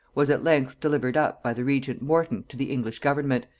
was at length delivered up by the regent morton to the english government,